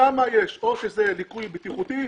שם יש או זה ליקוי בטיחותי,